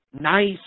nice